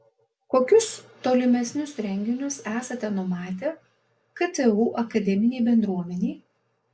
kokius tolimesnius renginius esate numatę ktu akademinei bendruomenei